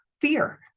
fear